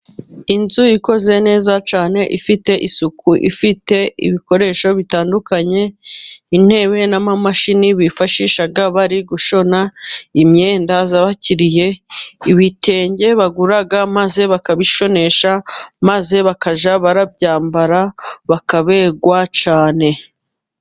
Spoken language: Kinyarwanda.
Inzu ikoze neza cyane ifite isuku, ifite ibikoresho bitandukanye, intebe n'amamashini bifashisha bari gushona imyenda y'abakiriya, ibitenge bagura maze bakabishonesha, maze bakajya babyambara bakaberwa cyane.